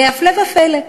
והפלא ופלא,